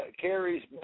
carries